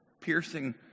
piercing